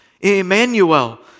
Emmanuel